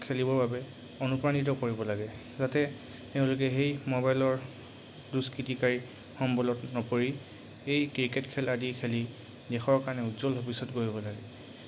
খেলিবৰ বাবে অনুপ্ৰাণিত কৰিব লাগে যাতে তেওঁলোকে সেই মোবাইলৰ দুষ্কৃতিকাৰীৰ সম্বলত নকৰি এই ক্ৰিকেট খেল আদি খেলি দেশৰ কাৰণে উজ্জ্বল ভৱিষ্যত গঢ়িব লাগে